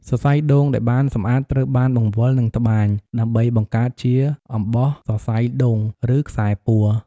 សរសៃដូងដែលបានសម្អាតត្រូវបាន បង្វិល និងត្បាញ ដើម្បីបង្កើតជាអំបោះសរសៃដូង ឬខ្សែពួរ។